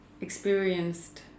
experienced